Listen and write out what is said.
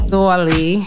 Dolly